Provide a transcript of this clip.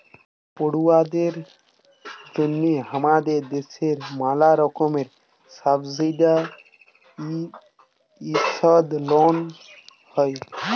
পড়ুয়াদের জন্যহে হামাদের দ্যাশে ম্যালা রকমের সাবসিডাইসদ লন হ্যয়